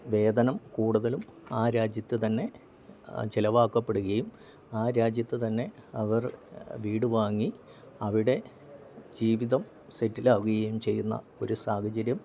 വേതനം കൂടുതലും ആ രാജ്യത്തു തന്നെ ചെലവാക്കപ്പെടുകയും ആ രാജ്യത്തു തന്നെ അവർ വീട് വാങ്ങി അവിടെ ജീവിതം സെറ്റിലാവുകയും ചെയ്യുന്ന ഒരു സാഹചര്യം